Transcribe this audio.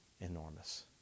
enormous